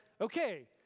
okay